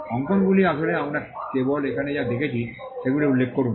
অঙ্কনগুলি আসলে আমরা কেবল এখানে যা দেখেছি সেগুলি উল্লেখ করুন